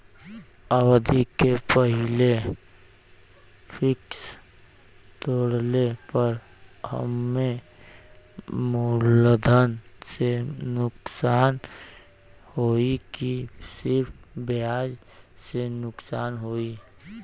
अवधि के पहिले फिक्स तोड़ले पर हम्मे मुलधन से नुकसान होयी की सिर्फ ब्याज से नुकसान होयी?